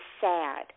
sad